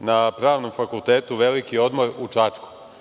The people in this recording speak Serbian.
na Pravnom fakultetu, veliki odmor u Čačku,